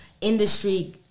industry